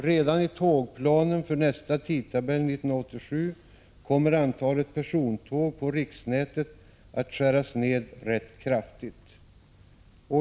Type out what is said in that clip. Redan i planen för tidtabellen för 1987 har antalet persontåg på riksnätet skurits ned rätt kraftigt.